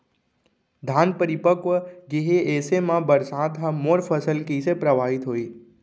धान परिपक्व गेहे ऐसे म बरसात ह मोर फसल कइसे प्रभावित होही?